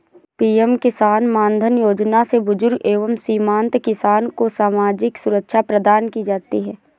PM Kisan Maandhan Yojana से बुजुर्ग एवं सीमांत किसान को सामाजिक सुरक्षा प्रदान की जाती है